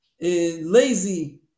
lazy